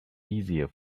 easier